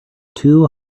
two